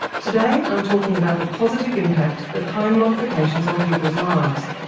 today i'm talking about the positive impact of home modifications on people's lives,